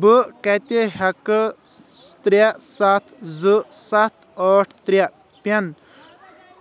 بہٕ کٔتہِ ہیٚکہٕ ترٛےٚ ستھ زٕ ستھ ٲٹھ ترٛےٚ پِن